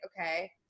okay